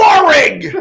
boring